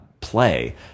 play